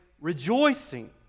rejoicing